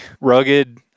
rugged